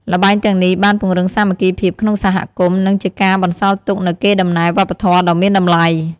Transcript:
ល្បែងទាំងនេះបានពង្រឹងសាមគ្គីភាពក្នុងសហគមន៍ និងជាការបន្សល់ទុកនូវកេរ្តិ៍ដំណែលវប្បធម៌ដ៏មានតម្លៃ។